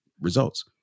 results